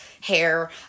hair